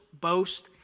boast